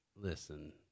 Listen